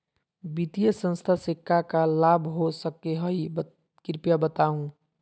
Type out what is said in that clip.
वित्तीय संस्था से का का लाभ हो सके हई कृपया बताहू?